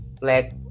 black